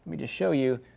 me just show you.